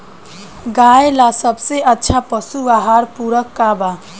गाय ला सबसे अच्छा पशु आहार पूरक का बा?